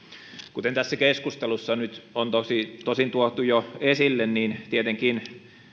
kuten tässä keskustelussa nyt on tosin tuotu jo esille tietenkin